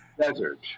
desert